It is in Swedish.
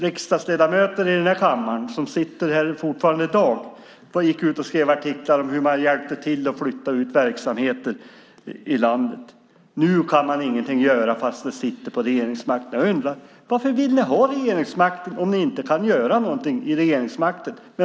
Riksdagsledamöter som fortfarande sitter i riksdagen skrev artiklar och gick ut om hur man hjälpte till med att flytta ut verksamheter i landet. Nu kan man ingenting göra trots att man sitter på regeringsmakten. Jag undrar varför ni vill ha regeringsmakten om ni inte kan göra någonting i regeringsställning.